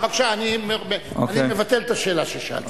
בבקשה, אני מבטל את השאלה ששאלתי.